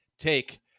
Take